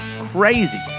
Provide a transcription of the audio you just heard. crazy